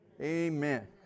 Amen